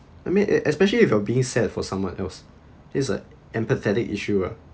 I mean es~ especially if you are being sad for someone else it's like empathetic issue lah